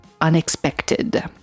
unexpected